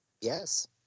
Yes